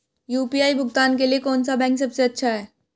UPI भुगतान के लिए कौन सा बैंक सबसे अच्छा है?